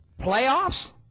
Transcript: Playoffs